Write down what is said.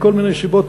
מכל מיני סיבות,